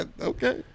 Okay